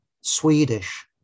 Swedish